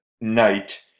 night